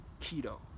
Keto